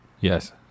Yes